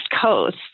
Coast